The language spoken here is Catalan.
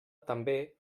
també